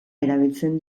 erabiltzen